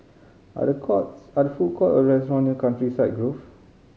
are there courts are there food courts or restaurants near Countryside Grove